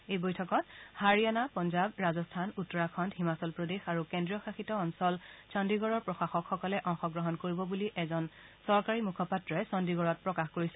এই বৈঠকত হাৰিয়ানা পাঞ্জাব ৰাজস্থান উত্তৰাখণ্ড হিমাচল প্ৰদেশ আৰু কেন্দ্ৰীয়শাসিত অঞ্চল চণ্ণীগড়ৰ প্ৰশাসকসকলে অংশগ্ৰহণ কৰিব বুলি এজন চৰকাৰী মুখপাত্ৰই চণ্ডীগড্ত প্ৰকাশ কৰিছে